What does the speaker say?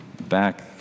back